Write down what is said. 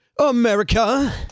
America